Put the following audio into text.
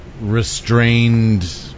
restrained